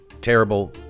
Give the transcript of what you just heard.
terrible